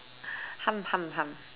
hum hum hum